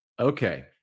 Okay